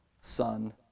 son